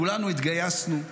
כולנו התגייסנו,